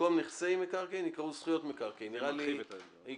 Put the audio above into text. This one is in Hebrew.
במקום "נכסי מקרקעין" יקראו "זכויות במקרקעין";" נראה לי הגיוני,